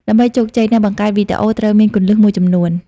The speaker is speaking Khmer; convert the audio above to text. ដើម្បីជោគជ័យ អ្នកបង្កើតវីដេអូត្រូវមាន គន្លឹះ មួយចំនួន។